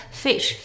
fish